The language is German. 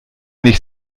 nicht